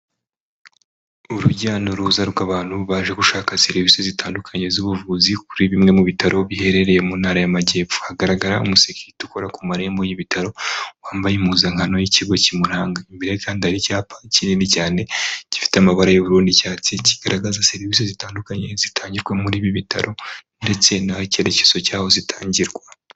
Urujya n'uruza rw'abantu baje gushaka serivisi zitandukanye z'ubuvuzi kuri bimwe mu bitaro biherereye mu ntara y'amajyepfo, hagaragara umusekirite ukora ku marembo y'ibitaro wambaye impuzankano y'ikigo kimuranga. Imbere kandi hari icyapa kinini cyane gifite amabara y'ubururu n'icyatsi kigaragaza serivisi zitandukanye zitangirwa muri ibi bitaro ndetse n'icyerekezo cyaho zitangirwa.